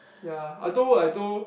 ya I told I told